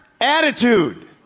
attitude